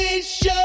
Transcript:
Show